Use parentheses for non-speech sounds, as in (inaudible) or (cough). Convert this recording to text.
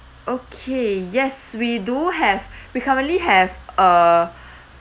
okay yes we do have (breath) we currently have uh (breath)